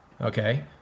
okay